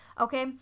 Okay